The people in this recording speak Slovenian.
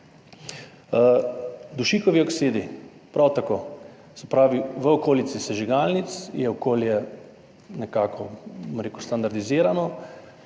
Dušikovi oksidi prav tako, se pravi, v okolici sežigalnic je okolje nekako, bom rekel, standardizirano,